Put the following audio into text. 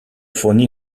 fournit